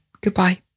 Goodbye